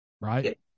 right